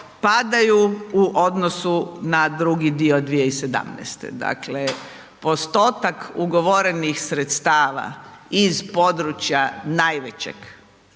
padaju u odnosu na drugi dio 2017. Dakle postotak ugovorenih sredstava iz područja najvećeg,